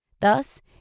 Thus